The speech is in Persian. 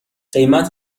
قیمت